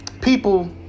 people